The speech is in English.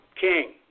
King